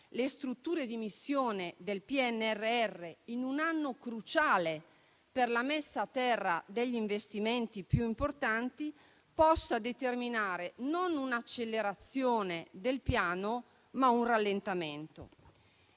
le strutture di missione del PNRR in un anno cruciale per la messa a terra degli investimenti più importanti, possa determinare non un accelerazione del Piano, ma un suo rallentamento.